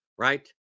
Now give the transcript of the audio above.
right